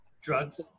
Drugs